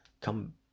come